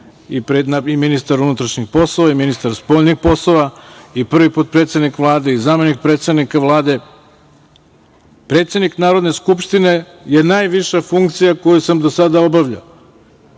i ministar unutrašnjih poslova i ministar spoljnih poslova i prvi put predsednik Vlade i zamenik predsednika Vlade. Predsednik Narodne skupštine je najviša funkcija koju sam do sada obavljao.